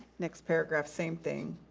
next paragraph, same thing.